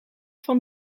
van